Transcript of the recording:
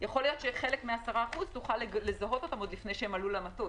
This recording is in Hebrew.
יכול להיות שחלק מה-10% נוכל לזהות אותם עוד לפני שעלו למטוס,